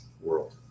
world